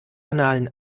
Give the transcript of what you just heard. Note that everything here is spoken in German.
annalen